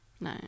No